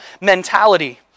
mentality